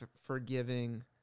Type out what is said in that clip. forgiving